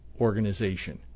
organization